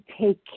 take